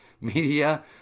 media